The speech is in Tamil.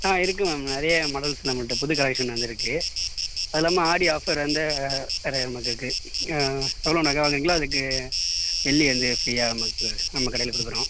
ஆ இருக்கு மேம் நிறைய மாடல்ஸ் நம்மள்கிட்ட புது கலெக்ஷன் வந்துருக்கு அது இல்லாமல் ஆடி ஆஃபர் அந்த நிறைய நமக்கு இருக்கு எவ்வளோ நகை வாங்குறிங்களோ அதுக்கு வெள்ளி வந்து ஃப்ரீயாக நமக்கு நம்ம கடையில் கொடுக்குறோம்